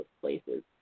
places